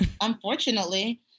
unfortunately